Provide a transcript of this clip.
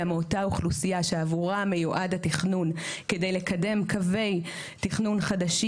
מאותה אוכלוסייה שעבורה מיועד התכנון כדי לקדם קווי תכנון חדשים.